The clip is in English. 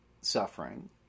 suffering